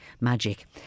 magic